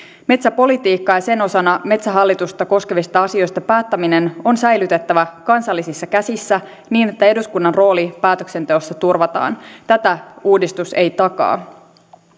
metsäpolitiikkaa ja sen osana metsähallitusta koskevista asioista päättäminen on säilytettävä kansallisissa käsissä niin että eduskunnan rooli päätöksenteossa turvataan tätä uudistus ei takaa